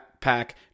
Pack